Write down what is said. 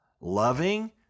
Loving